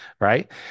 right